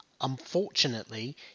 unfortunately